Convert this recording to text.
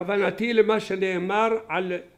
הבנתי למה שנאמר על